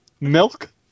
Milk